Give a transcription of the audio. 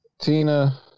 Tina